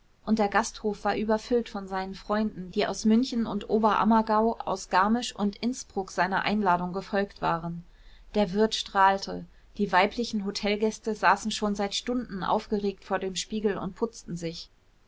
und der gasthof war überfüllt von seinen freunden die aus münchen und oberammergau aus garmisch und innsbruck seiner einladung gefolgt waren der wirt strahlte die weiblichen hotelgäste saßen schon seit stunden aufgeregt vor dem spiegel und putzten sich